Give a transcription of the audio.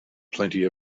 plenty